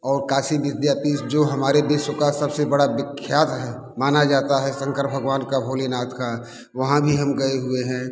और काशी विद्यापीठ जो हमारे विश्व का सबसे बड़ा विख्यात है माना जाता है शंकर भगवान का भोलेनाथ का वहाँ भी हम गए हुए हैं